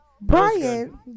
Brian